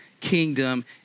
kingdom